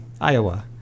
Iowa